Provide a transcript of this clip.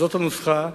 זאת הנוסחה,